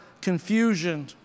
confusion